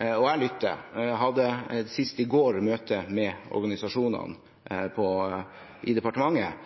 og jeg lytter. Jeg hadde senest i går møte med organisasjonene i departementet,